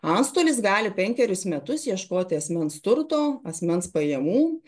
antstolis gali penkerius metus ieškoti asmens turto asmens pajamų